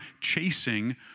chasing